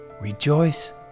Rejoice